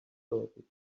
broken